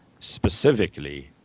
specifically